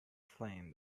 flame